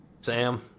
Sam